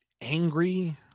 angry